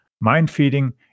mind-feeding